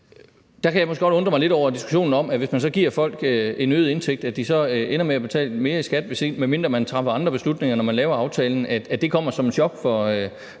Der kan jeg måske godt undre mig lidt over diskussionen om, at folk, hvis man så giver dem en øget indtægt, ender med at betale mere i skat, medmindre man træffer andre beslutninger, når man laver aftalen, og at det kommer som et chok for